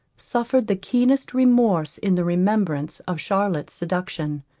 suffered the keenest remorse in the remembrance of charlotte's seduction.